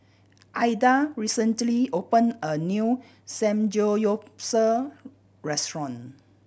Aida recently opened a new Samgeyopsal restaurant